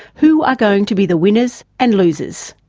who are going to be the winners and losers?